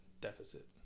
deficit